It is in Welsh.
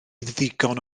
ddigon